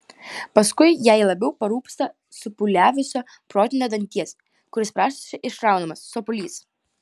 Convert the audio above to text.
paskui jai labiau parūpsta supūliavusio protinio danties kuris prašosi išraunamas sopulys